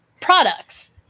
products